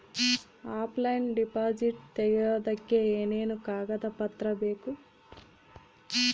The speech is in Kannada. ಆಫ್ಲೈನ್ ಡಿಪಾಸಿಟ್ ತೆಗಿಯೋದಕ್ಕೆ ಏನೇನು ಕಾಗದ ಪತ್ರ ಬೇಕು?